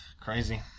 Crazy